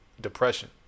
depression